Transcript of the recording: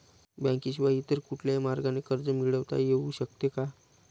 बँकेशिवाय इतर कुठल्या मार्गाने कर्ज मिळविता येऊ शकते का?